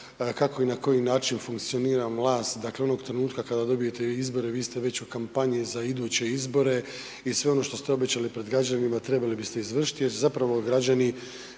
kako i na koji način funkcionira vlast, dakle onog trenutka kad dobijete izbore, vi ste već u kampanji za iduće izbore i sve ono što ste obećali pred građanima, trebali biste izvršiti jer su zapravo građani,